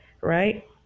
right